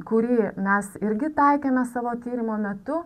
kurį mes irgi taikėme savo tyrimo metu